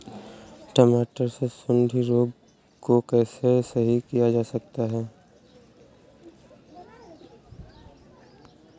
टमाटर से सुंडी रोग को कैसे सही किया जा सकता है?